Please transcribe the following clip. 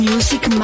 Music